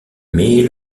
mais